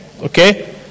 okay